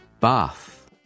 bath